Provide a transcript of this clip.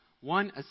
one